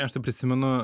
aš tai prisimenu